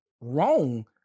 wrong